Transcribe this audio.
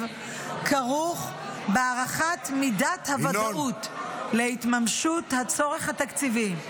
כרוך בהערכת מידת הוודאות להתממשות הצורך התקציבי,